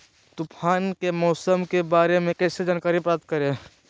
तूफान के मौसम के बारे में कैसे जानकारी प्राप्त करें?